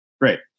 Great